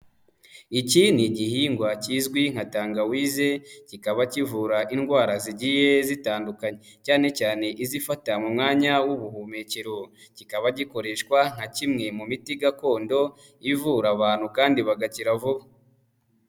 Iki ni igihingwa kizwi nka tangawize, kikaba kivura indwara zigiye zitandukanye cyane cyane izifata mu mwanya w'ubuhumekero, kikaba gikoreshwa nka kimwe mu miti gakondo ivura abantu kandi bagakira vuba.